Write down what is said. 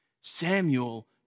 Samuel